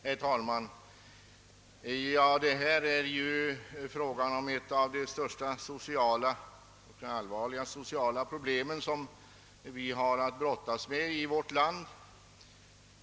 Herr talman! Det är här fråga om ett av de största och allvarligaste sociala problem som vi har att brottas med i vårt land.